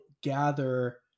gather